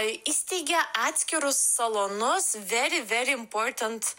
įsteigia atskirus salonus very very important